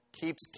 keeps